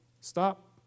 stop